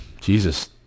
Jesus